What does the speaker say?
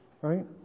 Right